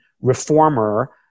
reformer